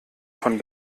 von